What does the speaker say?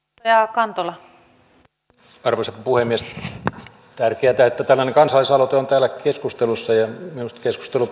arvoisa puhemies on tärkeätä että tämä kansalaisaloite on täällä keskustelussa ja minusta keskustelu